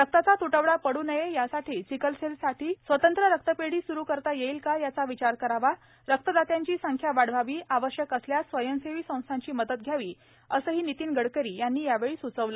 रक्ताचा तूटवडा पड् नये यासाठी सिकलसेलसाठी स्वतंत्र रक्तपेढी सुरू करता येईल का याचा विचार करावा रक्तदात्यांची संख्या वाढवावी आवश्यक सल्यास स्वयंसेवी संस्थेची मदत घ्यावी संही नितीन गडकरी यांनी यावेळी स्चविलं